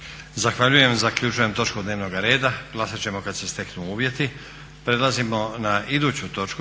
Zahvaljujem. Zaključujem točku dnevnog reda. Glasat ćemo kad se steknu uvjeti. **Leko, Josip